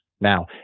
now